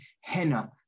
henna